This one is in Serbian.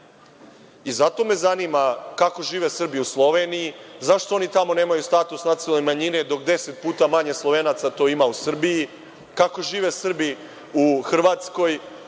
prava. Zato me zanima – kako žive Srbi u Sloveniji? Zašto oni tamo nemaju status nacionalne manjine dok deset puta manje Slovenaca to ima u Srbiji? Kako žive Srbi u Hrvatskoj?